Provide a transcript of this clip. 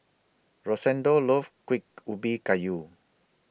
Rosendo loves Kuih Ubi Kayu